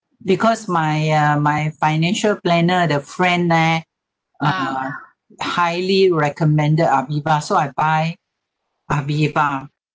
because my uh my financial planner the friend there uh highly recommended aviva so I buy aviva